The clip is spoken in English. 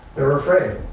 they were afraid.